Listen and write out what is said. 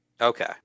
Okay